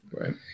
right